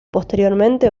posteriormente